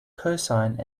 cosine